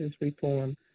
reform